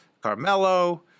Carmelo